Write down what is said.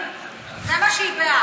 זה מה שהיא בעד.